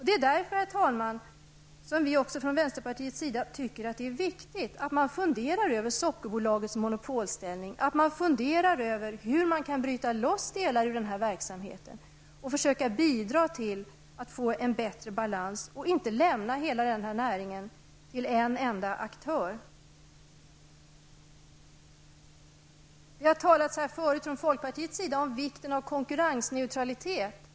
Det är därför, herr talman, som vi från vänsterpartiets sida tycker att det är viktigt att man funderar över Sockerbolagets monopolställning, att man funderar över hur man kan bryta loss delar ur verksamheten och försöka bidra till att få en bättre balans, inte lämna hela näringen till en enda aktör. Det har talats här förut från folkpartiets sida om vikten av konkurrensneutralitet.